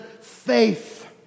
faith